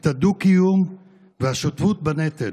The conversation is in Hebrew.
את הדו-קיום והשותפות בנטל.